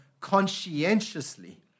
conscientiously